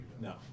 No